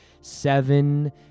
Seven